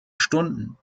stunden